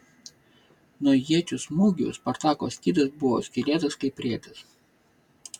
nuo iečių smūgių spartako skydas buvo skylėtas kaip rėtis